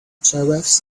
giraffes